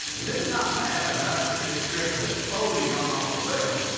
as if it's not bad enough that this trip has totally gone off the rails,